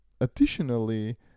Additionally